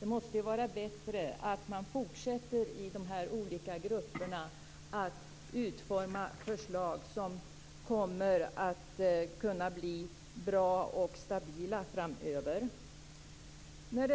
Det måste vara bättre att man fortsätter i de olika grupperna att utforma förslag som kommer att kunna bli bra och stabila framöver. Det